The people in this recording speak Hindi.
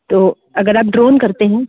तो अगर आप ड्रोन करते हैं